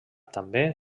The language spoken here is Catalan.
també